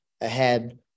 ahead